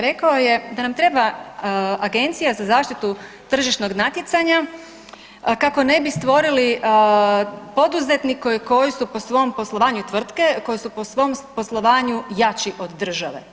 Rekao je da nam treba Agencija za zaštitu tržišnog natjecanja kako ne bi stvorili poduzetnike koji su po svom poslovanju tvrtke koji su po svom poslovanju jači od države.